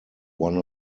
one